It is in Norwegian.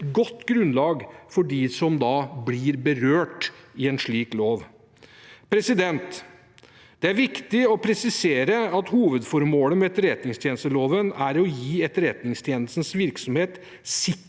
et godt grunnlag for dem som blir berørt av en slik lov. Det er viktig å presisere at hovedformålet med etterretningstjenesteloven er å gi Etterretningstjenestens virksomhet